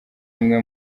imwe